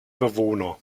bewohner